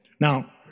Now